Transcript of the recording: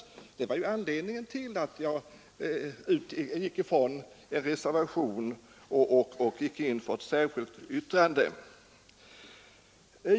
Det är nämligen anledningen till att jag har avstått från reservation och gått in för ett särskilt yttrande.